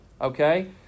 okay